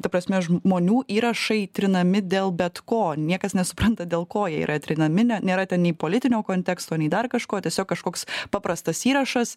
ta prasme žmonių įrašai trinami dėl bet ko niekas nesupranta dėl ko jie yra trinami ne nėra ten nei politinio konteksto nei dar kažko tiesiog kažkoks paprastas įrašas